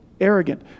arrogant